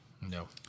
No